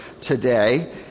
today